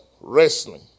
wrestling